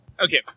Okay